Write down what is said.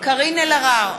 קארין אלהרר,